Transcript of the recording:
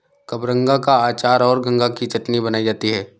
कबरंगा का अचार और गंगा की चटनी बनाई जाती है